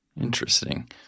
Interesting